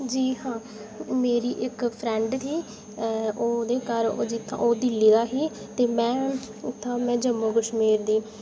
जी हां मेरी इक्क फ्रैंड थी ओह्दे घर ओह् जित्थां दिल्ली दी ही ते में उत्थां में जम्मू कश्मीर दी